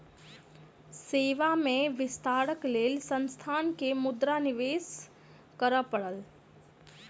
सेवा में विस्तारक लेल संस्थान के मुद्रा निवेश करअ पड़ल